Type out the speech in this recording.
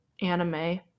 anime